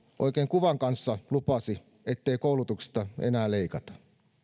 oikein kuvan kanssa lupasi ettei koulutuksesta enää leikata